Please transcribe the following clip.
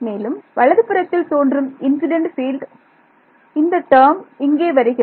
மேலும் வலது புறத்தில் தோன்றும் இன்ஸிடெண்ட் பீல்டு இந்த டெர்ம் இங்கே வருகிறது